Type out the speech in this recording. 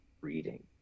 reading